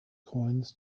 coins